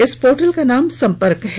इस पोर्टल का नाम संपर्क है